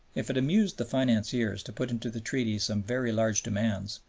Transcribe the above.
if it amused the financiers to put into the treaty some very large demands,